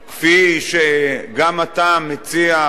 כפי שגם אתה מציע,